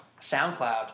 SoundCloud